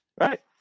Right